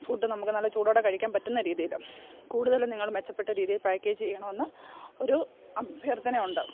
food നമുക്ക് നല്ല ചൂടോടെ കഴിക്കാൻ പറ്റുന്ന രീതിയിൽ കൂടുതലും നിങ്ങൾ മെച്ചപ്പെട്ട രീതിയിൽ പാക്കേജ് ചെയ്യണമെന്ന് ഒരു അഭ്യർത്ഥന ഉണ്ട്